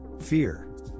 Fear